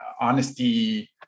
honesty